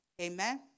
Amen